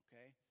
okay